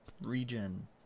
regen